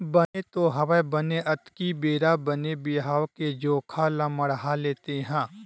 बने तो हवय बने अक्ती बेरा बने बिहाव के जोखा ल मड़हाले तेंहा